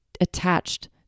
attached